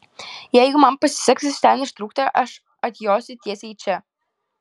jeigu man pasiseks iš ten ištrūkti aš atjosiu tiesiai į čia